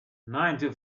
ninety